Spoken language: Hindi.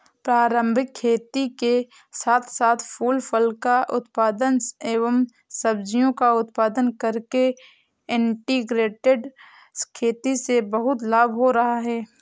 पारंपरिक खेती के साथ साथ फूल फल का उत्पादन एवं सब्जियों का उत्पादन करके इंटीग्रेटेड खेती से बहुत लाभ हो रहा है